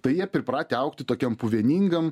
tai jie pripratę augti tokiam puveningam